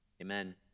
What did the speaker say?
amen